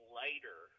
later